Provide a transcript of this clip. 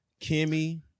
kimmy